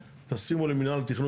שימו למינהל התכנון,